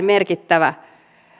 merkittävä